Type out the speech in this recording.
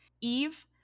Eve